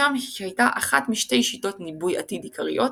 שם היא הייתה אחת משתי שיטות ניבוי עתיד עיקריות,